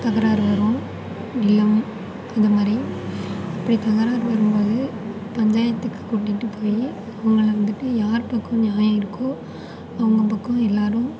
தகராறு வரும் நிலம் அது மாதிரி அப்படி தகராறு வரும்போது பஞ்சாயத்துக்கு கூட்டிட்டு போய் அவங்களை வந்துட்டு யார் பக்கம் நியாயம் இருக்கோ அவங்க பக்கம் எல்லாரும்